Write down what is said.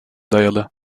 dayalı